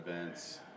events